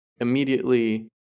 immediately